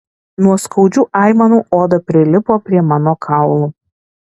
nuo skaudžių aimanų oda prilipo prie mano kaulų